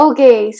Okay